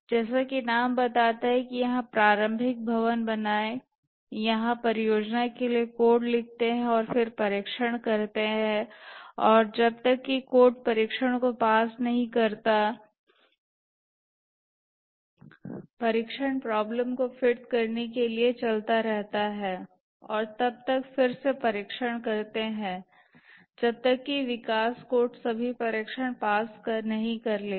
जैसा कि नाम बताता है कि यहां प्रारंभिक भवन बनाएं यहां परियोजना के लिए कोड लिखते हैं और फिर परीक्षण करते हैं और जब तक कि कोड परीक्षण को पास नहीं करता है परीक्षण प्रॉब्लम्स को फिट करने के लिए चलता रहता है और तब तक फिर से परीक्षण करें जब तक विकसित कोड सभी परीक्षण पास नहीं कर लेता